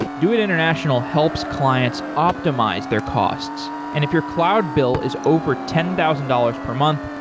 doit international helps clients optimize their costs, and if your cloud bill is over ten thousand dollars per month,